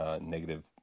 negative